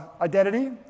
identity